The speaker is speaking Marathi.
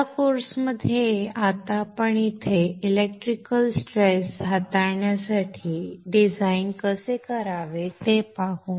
या कोर्समध्ये आता आपण येथे इलेक्ट्रिकल् स्ट्रेस हाताळण्यासाठी डिझाइन कसे करावे ते पाहू